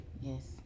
Yes